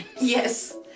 Yes